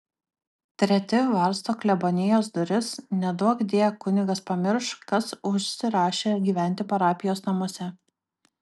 treti varsto klebonijos duris neduokdie kunigas pamirš kas užsirašė gyventi parapijos namuose